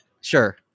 Sure